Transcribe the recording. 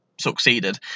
succeeded